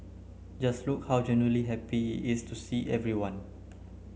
just look how genuinely happy is to see everyone